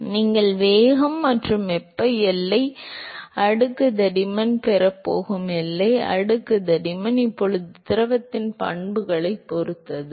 எனவே நீங்கள் வேகம் மற்றும் வெப்ப எல்லை அடுக்கு தடிமன் பெறப் போகும் எல்லை அடுக்கு தடிமன் இப்போது திரவத்தின் பண்புகளைப் பொறுத்தது